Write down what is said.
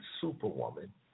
Superwoman